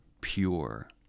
Pure